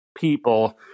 people